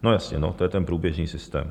No jasně, to je ten průběžný systém.